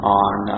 on